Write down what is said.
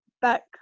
back